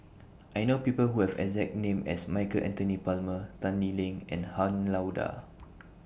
I know People Who Have exact name as Michael Anthony Palmer Tan Lee Leng and Han Lao DA